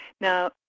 Now